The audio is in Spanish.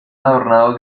adornado